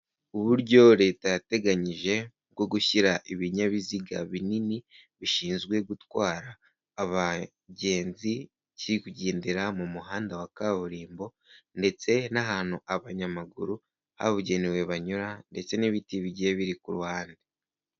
Uburyo Leta yateganyije, bwo gushyira ibinyabiziga binini bishinzwe gutwara abagenzi, kiri kugendera mu muhanda wa kaburimbo, ndetse n'ahantu abanyamaguru habugenewe banyura, ndetse n'ibiti bigiye biri ku ruhande.